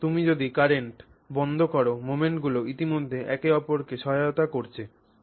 এখন তুমি যদি কারেন্ট বন্ধ কর মোমেন্টগুলো ইতিমধ্যে একে অপরকে সহায়তা করছে